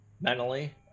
mentally